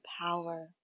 power